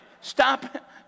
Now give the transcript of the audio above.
Stop